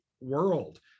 world